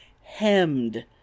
hemmed